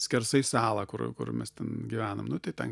skersai salą kur kur mes ten gyvenam nu tai ten